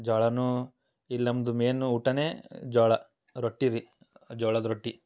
ಜೋಳನೂ ಇಲ್ಲಿ ನಮ್ಮದು ಮೇನು ಊಟನೇ ಜೋಳ ರೊಟ್ಟಿ ರೀ ಜೋಳದ್ ರೊಟ್ಟಿ